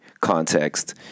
context